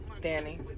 Danny